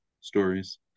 stories